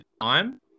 time